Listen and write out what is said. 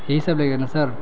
یہی سب لے گے نا سر